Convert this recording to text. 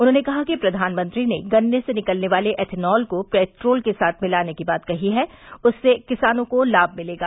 उन्होंने कहा कि प्र्यानमंत्री ने गन्ने से निकलने वाले एथेनाल को पेट्रोल के साथ मिलाने की बात कही है उससे किसानों को लाभ मिलेगा